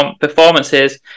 performances